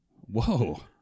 Whoa